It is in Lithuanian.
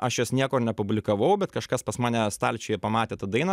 aš jos niekur nepublikavau bet kažkas pas mane stalčiuje pamatė tą dainą